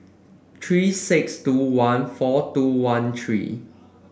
three six two one four two one three